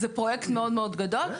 זה פרויקט מאוד מאוד גדול.